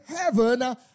heaven